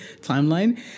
timeline